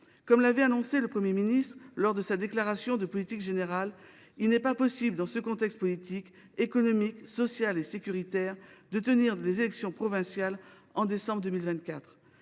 Comme l’a annoncé le Premier ministre lors de sa déclaration de politique générale, il n’est pas possible, dans ce contexte politique, économique, social et sécuritaire que les élections provinciales se tiennent en décembre 2024.